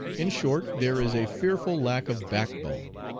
in short, there is a fearful lack of backbone.